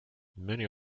many